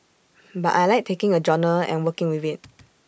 but I Like taking A genre and working with IT